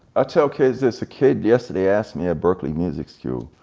ah tell kids, there's a kid yesterday asked me at berklee music school,